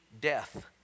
death